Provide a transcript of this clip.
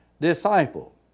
disciple